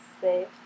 safe